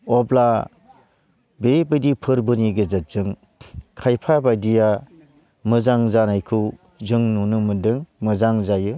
अब्ला बैबादि फोरबोनि गेजेरजों खायफा बायदिया मोजां जानायखौ जों नुनो मोनदों मोजां जायो